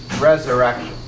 resurrection